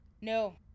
No